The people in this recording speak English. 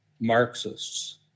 Marxists